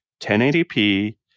1080p